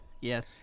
Yes